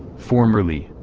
formerly,